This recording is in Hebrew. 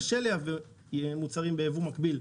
קשה לייבא מוצרים ביבוא מקביל.